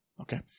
Okay